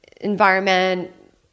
environment